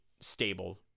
stable